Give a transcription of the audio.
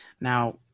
Now